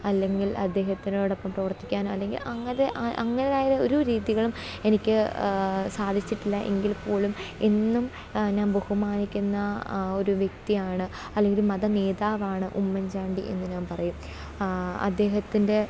അല്ലെങ്കിൽ അദ്ദേഹത്തിനോടൊപ്പം പ്രവർത്തിക്കാനൊ അല്ലെങ്കി അങ്ങതെ അങ്ങനായ ഒരു രീതികളും എനിക്ക് സാധിച്ചിട്ടില്ല എങ്കിൽപ്പോലും എന്നും ഞാൻ ബഹുമാനിക്കുന്ന ഒരു വ്യക്തിയാണ് അല്ലെങ്കിലൊരു മത നേതാവാണ് ഉമ്മൻചാണ്ടി എന്നു ഞാൻ പറയും അദ്ദേഹത്തിന്റെ